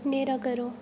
न्हेरा करो